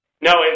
No